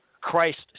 Christ